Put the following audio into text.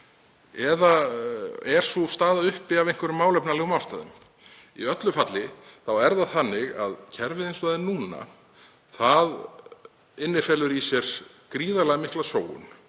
Eða er sú staða uppi af einhverjum málefnalegum ástæðum? Í öllu falli er það þannig að kerfið eins og það er núna felur í sér gríðarlega mikla sóun